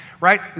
right